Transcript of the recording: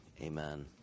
Amen